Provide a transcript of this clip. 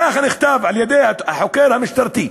ככה נכתב על-ידי החוקר המשטרתי: